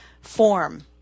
form